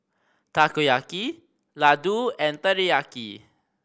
Takoyaki Ladoo and Teriyaki